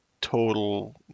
total